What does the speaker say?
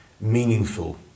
Meaningful